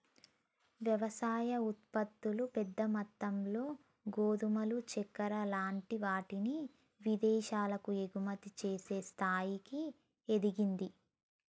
వ్యవసాయ ఉత్పత్తులు పెద్ద మొత్తములో గోధుమలు చెక్కర లాంటి వాటిని విదేశాలకు ఎగుమతి చేసే స్థాయికి ఎదిగింది